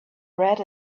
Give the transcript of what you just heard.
red